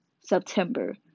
September